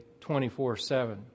24-7